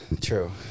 true